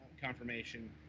confirmation